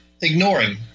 ignoring